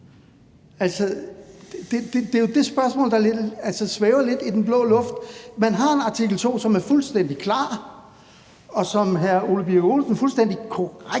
Det er det spørgsmål, der svæver lidt i den blå luft. Man har en artikel 2, som er fuldstændig klar. Og som hr. Ole Birk Olesen fuldstændig korrekt